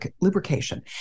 lubrication